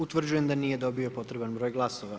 Utvrđujem da nije dobio potreban broj glasova.